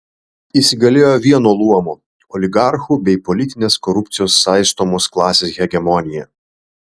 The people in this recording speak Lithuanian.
įsigalėjo vieno luomo oligarchų bei politinės korupcijos saistomos klasės hegemonija